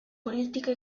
política